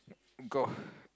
go